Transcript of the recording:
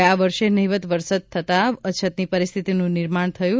ગયા વર્ષે નહિવત્ વરસાદ થતાં અછતની પરિસ્થિતીનું નિર્માણ થયું છે